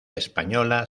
española